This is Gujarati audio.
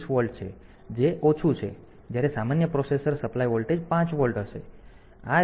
30 વોલ્ટ છે જે ઓછું છે જ્યારે સામાન્ય પ્રોસેસર સપ્લાય વોલ્ટેજ 5 વોલ્ટ હશે